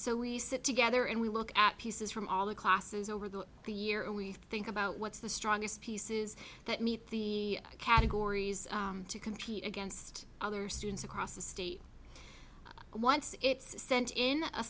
so we sit together and we look at pieces from all the classes over the the year we think about what's the strongest pieces that meet the categories to compete against other students across the state wants it sent in a